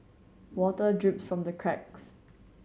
water drips from the cracks